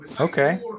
okay